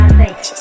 face